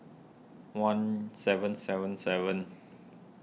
one seven seven seven